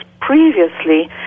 previously